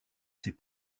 ses